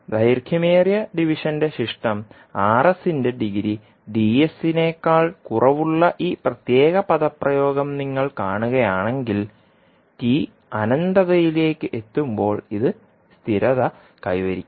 ദൈർഘ്യമേറിയ ഡിവിഷന്റെ ശിഷ്ടം ന്റെ ഡിഗ്രി നേക്കാൾ കുറവുള്ള ഈ പ്രത്യേക പദപ്രയോഗം നിങ്ങൾ കാണുകയാണെങ്കിൽ t അനന്തതയിലേക്ക് എത്തുമ്പോൾ ഇത് സ്ഥിരത കൈവരിക്കും